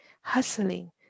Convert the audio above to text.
hustling